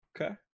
okay